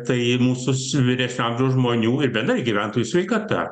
tai mūsų s vyresnio amžiaus žmonių ir bendrai gyventojų sveikata